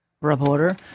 Reporter